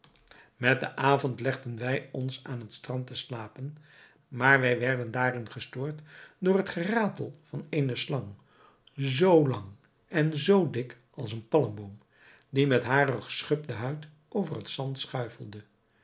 met den avond legden wij ons aan het strand te slapen maar wij werden daarin gestoord door het geratel van eene slang zoo lang en zoo dik als een palmboom die met hare geschubde huid over het zand schuifelde